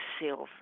silver